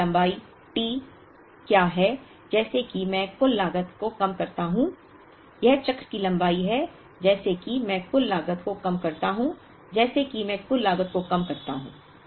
चक्र की लंबाई T क्या है जैसे कि मैं कुल लागत को कम करता हूं यह चक्र की लंबाई है जैसे कि मैं कुल लागत को कम करता हूं जैसे कि मैं कुल लागत को कम करता हूं